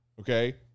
okay